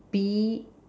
be